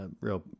real